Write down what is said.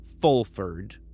Fulford